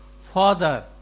father